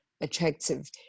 attractive